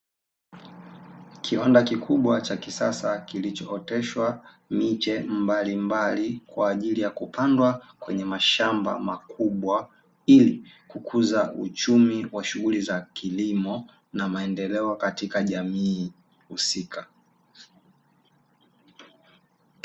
Kiwanda kikubwa cha kisasa, kilichooteshwa miche mbalimbali kwa ajili ya kupandwa kwenye mashamba makubwa, ili kukuza uchumi wa shughuli za kilimo na maendeleo katika jamii husika.